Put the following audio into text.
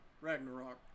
Ragnarok